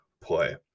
play